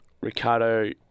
Ricardo